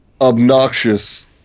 obnoxious